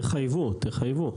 תחייבו, תחייבו.